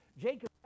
jacob